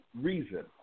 reason